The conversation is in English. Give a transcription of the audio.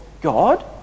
God